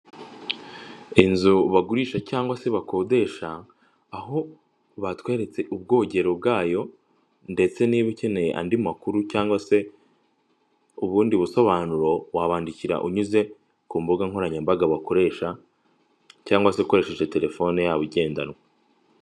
Inzu bagurisha cyangwa se bakodesha, aho batweretse ubwogero bwayo, ndetse niba ukeneye andi makuru cyangwa se ubundi busobanuro, wabandikira unyuze ku mbuga nkoranyambaga bakoresha, cyangwa se ukoresheje telefone yabo igendanwa.